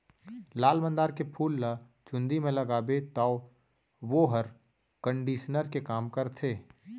लाल मंदार के फूल ल चूंदी म लगाबे तौ वोहर कंडीसनर के काम करथे